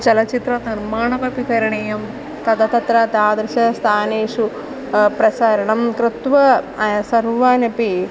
चलचित्रकर्माणमपि करणीयं तदा तत्र तादृशः स्थानेषु प्रसरणं कृत्वा सर्वान् अपि